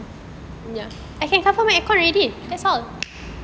ya